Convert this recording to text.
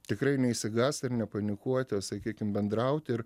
tikrai neišsigąst ir nepanikuoti o sakykim bendrauti ir